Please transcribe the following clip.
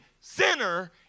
sinner